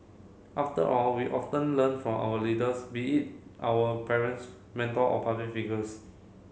after all we often learn from our leaders be it our parents mentor or public figures